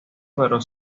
pero